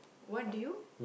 what do you